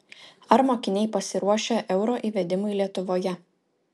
ar mokiniai pasiruošę euro įvedimui lietuvoje